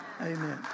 Amen